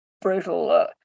brutal